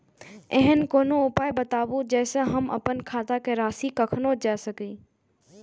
ऐहन कोनो उपाय बताबु जै से हम आपन खाता के राशी कखनो जै सकी?